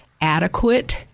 adequate